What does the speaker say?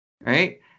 right